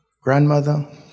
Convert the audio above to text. grandmother